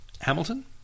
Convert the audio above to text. Hamilton